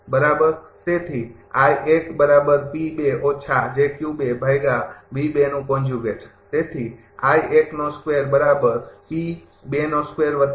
તેથી તેથી ની તીવ્રતા